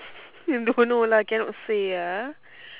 don't know lah cannot say ah